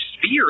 sphere